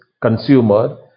consumer